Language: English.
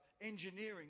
engineering